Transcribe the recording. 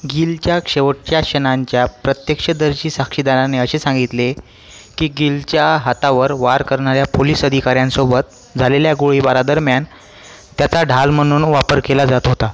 गिलच्या शेवटच्या क्षणांच्या प्रत्यक्षदर्शी साक्षीदाराने असे सांगितले की गिलच्या हातावर वार करणाऱ्या पोलीस अधिकाऱ्यांसोबत झालेल्या गोळीबारादरम्यान त्याचा ढाल म्हणून वापर केला जात होता